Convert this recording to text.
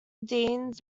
deans